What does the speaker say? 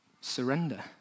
surrender